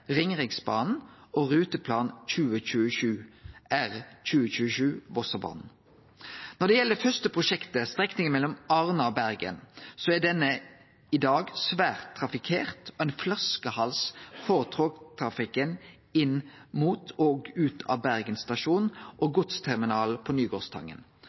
Ringeriksbanen og Rutemodell 2027, R2027 Vossebanen. Når det gjeld det første prosjektet, strekninga mellom Arna og Bergen, er denne i dag svært trafikkert og ein flaskehals for togtrafikken inn mot og ut av Bergen stasjon og godsterminalen på Nygårdstangen.